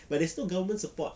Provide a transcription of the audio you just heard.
but there's no government support